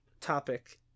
topic